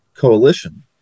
coalition